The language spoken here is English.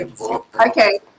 Okay